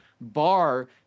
bar